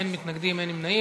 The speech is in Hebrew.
אין מתנגדים ואין נמנעים.